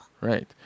Right